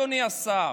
אדוני השר,